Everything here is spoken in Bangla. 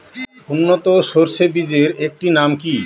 উন্নত সরষে বীজের একটি নাম কি?